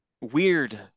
weird